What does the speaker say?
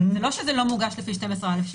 זה לא שזה לא מוגש לפי 12(א)(3).